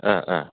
ओह ओह